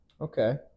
Okay